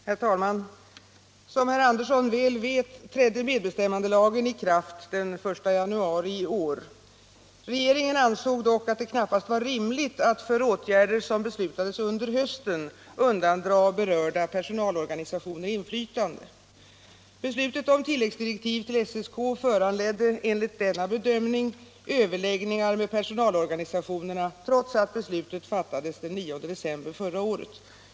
Herr talman! Som herr Andersson i Södertälje vet trädde medbestämmandelagen i kraft den 1 januari i år. Regeringen ansåg dock att det knappast var rimligt att för åtgärder som beslutats under hösten undandra berörda personalorganisationer inflytande. Beslutet om tilläggsdirektiv till SSK-utredningen föranledde enligt denna bedömning överläggningar med personalorganisationerna, trots att beslutet fattades den 9 december förra året.